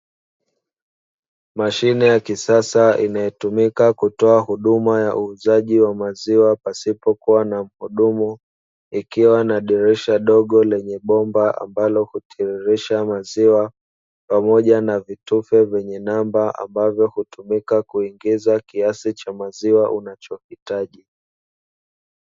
Mashine ya kisasa inayotumika kutoa huduma ya uuzaji wa maziwa pasipo kuwa na mhudumu, ikiwa na dirisha dogo lenye bomba ambalo hutiririsha maziwa pamoja na vitufe vyenye namba; ambavyo hutumika kuingiza kiasi cha maziwa anachohitaji.